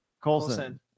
Colson